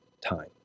time